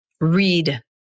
read